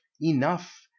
enough